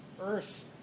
earth